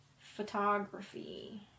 Photography